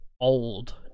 old